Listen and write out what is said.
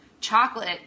chocolate